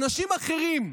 "אנשים אחרים"